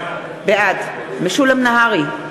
בעד משולם נהרי,